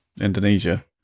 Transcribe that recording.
Indonesia